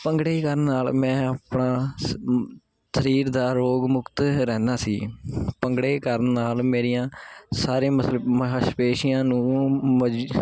ਭੰਗੜੇ ਕਰਨ ਨਾਲ ਮੈਂ ਆਪਣਾ ਸ ਸਰੀਰ ਦਾ ਰੋਗ ਮੁਕਤ ਰਹਿਣਾ ਸੀ ਭੰਗੜੇ ਕਰਨ ਨਾਲ ਮੇਰੀਆਂ ਸਾਰੇ ਮਸਲੇ ਮਾਸਪੇਸ਼ੀਆਂ ਨੂੰ ਮਜ